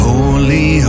Holy